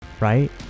Right